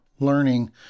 learning